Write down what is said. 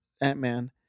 Ant-Man